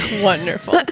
wonderful